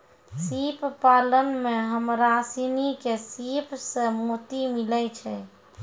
सिप पालन में हमरा सिनी के सिप सें मोती मिलय छै